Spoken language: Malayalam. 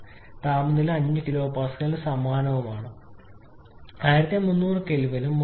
അതിനാൽ ഈ സംയോജിത ചക്രത്തിന്റെ ഏറ്റവും കുറഞ്ഞ താപനിലയാണ് 5 kPa ന് സമാനമായ സാച്ചുറേഷൻ താപനില 33 0C മാത്രം ആയിരിക്കും